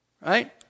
right